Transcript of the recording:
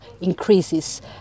increases